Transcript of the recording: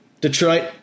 Detroit